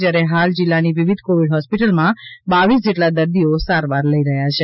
જ્યારે હાલ જિલ્લાની વિવિધ કોવિડ હોસ્પિટલમાં બાવીસ જેટલા દર્દીઓ સારવાર લઇ રહ્યા છે